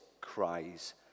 cries